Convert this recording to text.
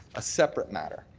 a separate matter.